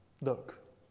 look